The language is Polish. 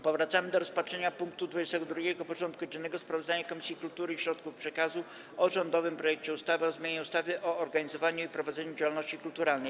Powracamy do rozpatrzenia punktu 22. porządku dziennego: Sprawozdanie Komisji Kultury i Środków Przekazu o rządowym projekcie ustawy o zmianie ustawy o organizowaniu i prowadzeniu działalności kulturalnej.